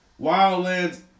Wildlands